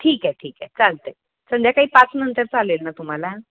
ठीक आहे ठीक आहे चालत आहे संध्याकाळी पाचनंतर चालेल ना तुम्हाला